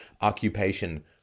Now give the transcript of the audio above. occupation